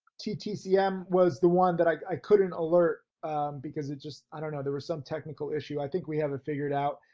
ttcm was the one that i couldn't alert because it just, i don't know, there was some technical issue. i think we have it figured out.